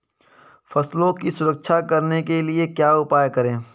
फसलों की सुरक्षा करने के लिए क्या उपाय करें?